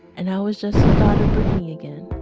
and i was just his daughter brittany, again